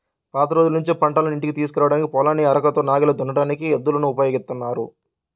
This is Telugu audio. పాత రోజుల్నుంచే పంటను ఇంటికి తీసుకురాడానికి, పొలాన్ని అరకతో నాగలి దున్నడానికి ఎద్దులను ఉపయోగిత్తన్నారు